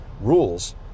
rules